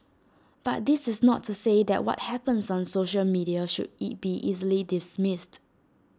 but this is not to say that what happens on social media should E be easily dismissed